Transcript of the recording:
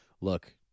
Look